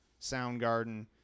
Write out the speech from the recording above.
Soundgarden